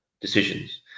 decisions